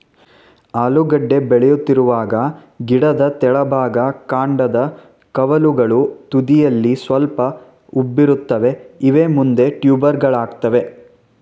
ಆಲೂಗೆಡ್ಡೆ ಬೆಳೆಯುತ್ತಿರುವಾಗ ಗಿಡದ ತಳಭಾಗ ಕಾಂಡದ ಕವಲುಗಳು ತುದಿಯಲ್ಲಿ ಸ್ವಲ್ಪ ಉಬ್ಬಿರುತ್ತವೆ ಇವೇ ಮುಂದೆ ಟ್ಯೂಬರುಗಳಾಗ್ತವೆ